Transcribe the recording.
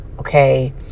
Okay